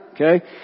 okay